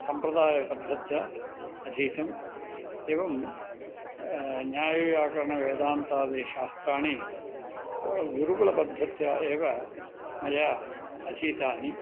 सम्प्रदायपद्धत्या अधीतम् एवं न्यायव्याकरणवेदान्तादिशास्त्राणि गुरुकुलपद्धत्या एव मया अधीतानि